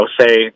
say